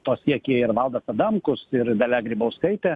to siekė ir valdas adamkus ir dalia grybauskaitė